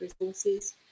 resources